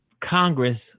Congress